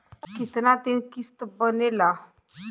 कितना दिन किस्त बनेला?